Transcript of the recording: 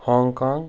Hong Kong